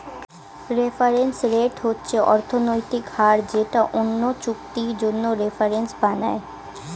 reference rate হচ্ছে অর্থনৈতিক হার যেটা অন্য চুক্তির জন্য রেফারেন্স বানায়